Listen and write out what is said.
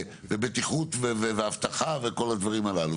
ובטיחות ואבטחה וביטחון וכל הדברים הללו,